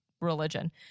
religion